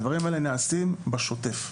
הדברים האלה נעשים בשוטף.